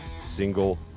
single